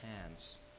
hands